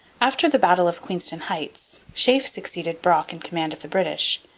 after the battle of queenston heights sheaffe succeeded brock in command of the british,